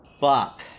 Bop